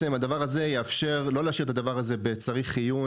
זה יאפשר לא להשאיר את הדבר הזה בצריך עיון,